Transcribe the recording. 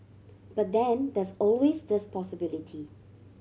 but then there's always this possibility